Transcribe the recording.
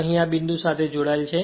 અને આ બિંદુ અહીં જોડાયેલ છે